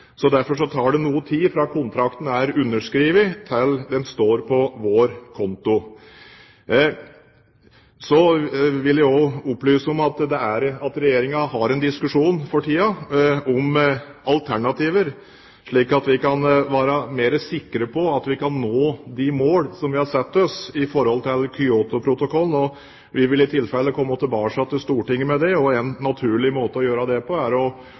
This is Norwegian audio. Så vil jeg også opplyse om at Regjeringen har en diskusjon for tiden om alternativer, slik at vi kan være mer sikre på at vi kan nå de mål vi har satt oss med hensyn til Kyotoprotokollen. Vi vil i tilfelle komme tilbake til Stortinget med det, og en naturlig måte å gjøre det på, er å